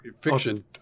fiction